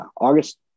August